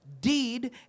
deed